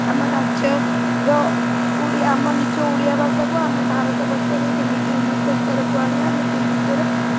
ଆମ ରାଜ୍ୟର ଓଡ଼ିଆ ଆମ ନିଜ ଓଡ଼ିଆ ଭାଷାକୁ ଆମେ ଭାରତବର୍ଷରେ କେମିତି ଉନ୍ନତ ସ୍ତରକୁ ଆଣିବା ଆମେ ସେହି ବିଷୟରେ